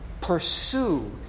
Pursue